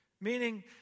Meaning